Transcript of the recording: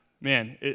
Man